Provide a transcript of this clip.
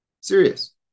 Serious